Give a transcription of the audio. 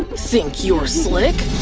think you're slick?